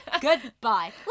Goodbye